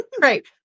Right